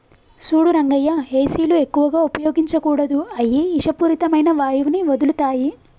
సూడు రంగయ్య ఏసీలు ఎక్కువగా ఉపయోగించకూడదు అయ్యి ఇషపూరితమైన వాయువుని వదులుతాయి